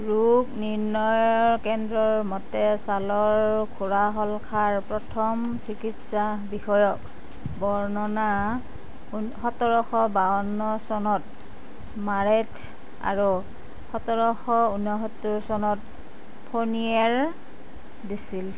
ৰোগ নিৰ্ণয়ৰ কেন্দ্ৰৰ মতে ছালৰ ঘোঁৰাশলখাৰ প্ৰথম চিকিৎসা বিষয়ক বৰ্ণনা ঊন সোতৰশ বাৱন্ন চনত মাৰেট আৰু সতৰশ ঊনসত্তৰ চনত ফ'ৰ্নিয়াৰ দিছিল